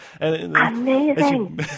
Amazing